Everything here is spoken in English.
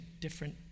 different